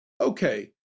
okay